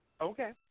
Okay